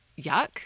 yuck